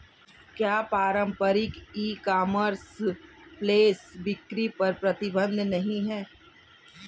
क्या पारंपरिक e commerce flash बिक्री पर प्रतिबंध नहीं है?